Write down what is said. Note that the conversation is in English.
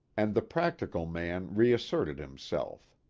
and the practical man re-asserted himself.